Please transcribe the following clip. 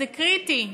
זה קריטי,